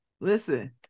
Listen